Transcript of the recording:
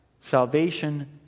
Salvation